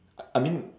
I I mean